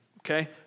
okay